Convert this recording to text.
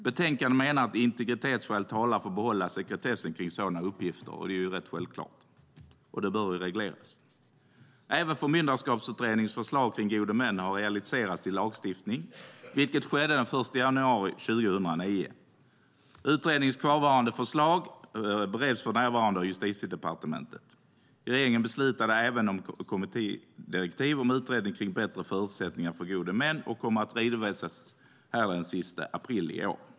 Betänkandet menar att integritetsskäl talar för att behålla sekretessen kring sådana uppgifter, och det är rätt självklart. Det bör regleras. Även Förmyndarskapsutredningens förslag om gode män har realiserats till lagstiftning, vilket skedde den 1 januari 2009. Utredningens kvarvarande förslag bereds för närvarande av Justitiedepartementet. Regeringen beslutade även om kommittédirektiv till en utredning om bättre förutsättningar för gode män, och den kommer att redovisas den sista april i år.